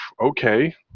okay